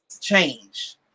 change